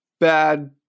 bad